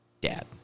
Dad